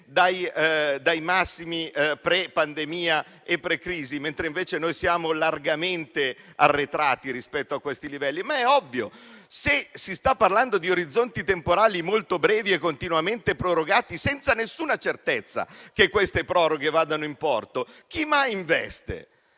dai massimi pre-pandemia e pre-crisi, mentre noi siamo largamente arretrati rispetto a quei livelli. Ma questo è ovvio: se si sta parlando di orizzonti temporali molto brevi e continuamente prorogati, senza nessuna certezza che queste proroghe vadano in porto, chi mai investe?